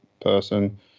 person